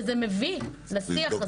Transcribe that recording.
וזה מביא לשיח הזה,